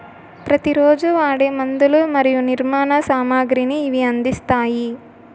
ప్రతి రోజు వాడే మందులు మరియు నిర్మాణ సామాగ్రిని ఇవి అందిస్తాయి